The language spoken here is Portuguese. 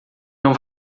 não